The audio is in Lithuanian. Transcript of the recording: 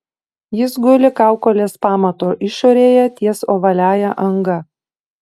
jis guli kaukolės pamato išorėje ties ovaliąja anga